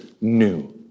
new